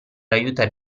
aiutare